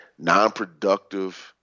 nonproductive